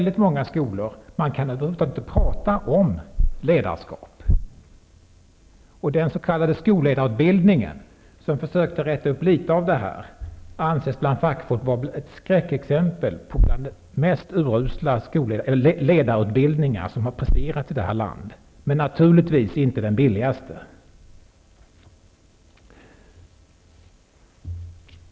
I många skolor kan man över huvud taget inte tala om ledarskap. Den s.k. skolledarutbildningen, som försökte räta upp litet av det här, anses bland fackfolk vara ett skräckexempel, en av de mest urusla ledarutbildningar som har presterats i vårt land, men naturligtvis inte den billigaste.